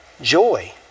joy